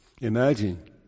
Imagine